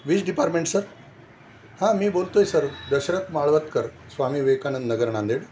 वीज department sir हां मी बोलतो आहे सर दशरथ माळवदकर स्वामी विवेकानंद नगर नांदेड